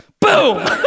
Boom